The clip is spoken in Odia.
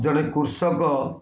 ଜଣେ କୃଷକ